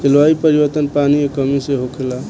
जलवायु परिवर्तन, पानी के कमी से होखेला